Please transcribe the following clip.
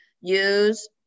use